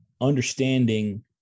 understanding